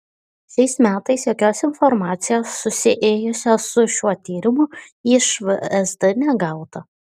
šiais metais jokios informacijos susijusios su šiuo tyrimu iš vsd negauta